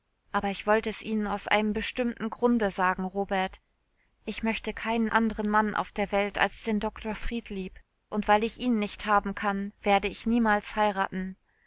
aber ich wollte es ihnen aus einem bestimmten grunde sagen robert ich möchte keinen anderen mann auf der welt als den doktor friedlieb und weil ich ihn nicht haben kann werde ich niemals heiraten